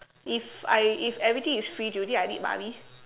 if I if everything is free do you think I need money